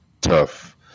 tough